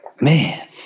Man